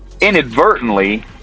inadvertently